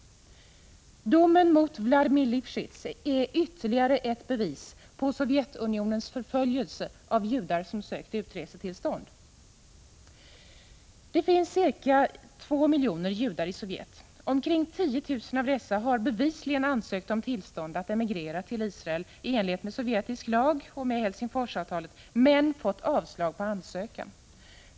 Domen mot Vladimir Lifschits är ytterligare ett bevis på Sovjetunionens förföljelse av judar som sökt utresetillstånd. Det finns ca 2 miljoner judar i Sovjet. Omkring 10 000 av dessa har bevisligen ansökt om tillstånd att emigrera till Israel, i enlighet med sovjetisk lag och Helsingforsavtalet, men fått avslag på ansökan.